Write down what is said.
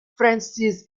francis